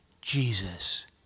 Jesus